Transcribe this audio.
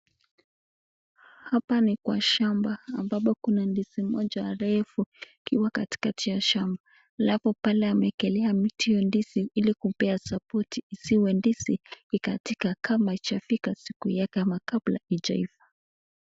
Hapa ni kwa shamba ambapo kuna ndizi moja refu, ikiwa katikati ya shamba alafu, pale ameekelea miti kwa ndizi ili kuipea support , isiswe ndizi ikakatika kama haijafikisha siku yake, ama kabla haijaiva.